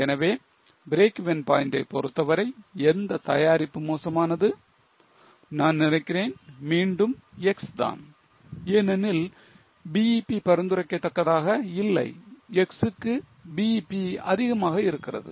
எனவே breakeven point ஐ பொறுத்தவரை எந்த தயாரிப்பு மோசமானது நான் நினைக்கிறேன் மீண்டும் X தான் ஏனெனில் BEP பரிந்துரைக்கதக்கதாக இல்லை X க்கு BEP அதிகமாக இருக்கிறது